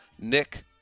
Nick